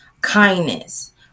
kindness